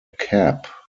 cap